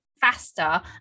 faster